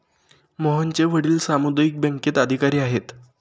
मोहनचे वडील सामुदायिक बँकेत अधिकारी आहेत